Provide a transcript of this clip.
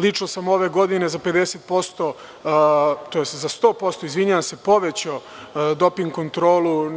Lično sam ove godine za 50%, tj. za 100% povećao doping kontrolu